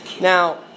Now